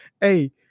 hey